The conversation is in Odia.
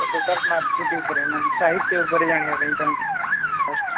ଟୋଟାଲ୍ ମାର୍କ୍ ସିଟ୍ ଉପରେ ମାନେ ସାହିତ୍ୟ ଉପରେ ଜାଣିବା ପାଇଁ ଚାହୁଁଛି ଫାଷ୍ଟ୍